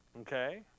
Okay